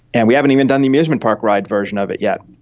and we haven't even done the amusement park ride version of it yet.